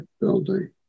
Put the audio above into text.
building